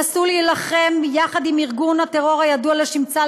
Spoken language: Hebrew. שנסעו להילחם יחד עם ארגון הטרור הידוע לשמצה,